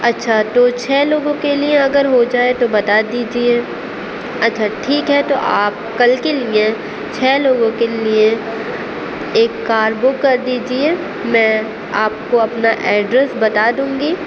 اچھا تو چھ لوگوں کے لیے اگر ہو جائے تو بتا دیجیے اچھا ٹھیک ہے تو آپ کل کے لیے چھ لوگوں کے لیے ایک کار بک کر دیجیے میں آپ کو اپنا ایڈریس بتا دوں گی